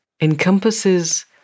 encompasses